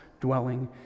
dwelling